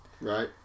right